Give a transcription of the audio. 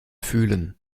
fühlen